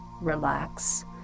relax